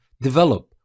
develop